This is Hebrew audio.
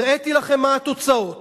הראיתי לכם מה התוצאות